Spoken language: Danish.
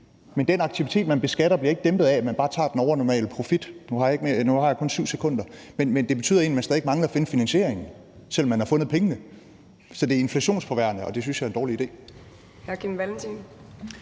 men den aktivitet, man beskatter, bliver ikke dæmpet af, at man bare tager den overnormale profit – og nu har jeg kun 7 sekunder tilbage af min taletid – men det betyder egentlig, at man stadig væk mangler at finde finansieringen, selv om man har fundet pengene. Så det er inflationsforværrende, og det synes jeg er en dårlig idé.